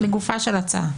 לגופה של ההצעה.